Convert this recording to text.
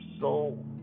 soul